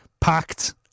Packed